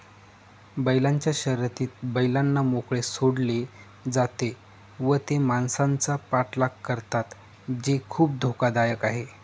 बैलांच्या शर्यतीत बैलांना मोकळे सोडले जाते व ते माणसांचा पाठलाग करतात जे खूप धोकादायक आहे